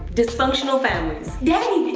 dysfunctional families. daddy,